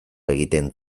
egiten